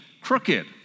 crooked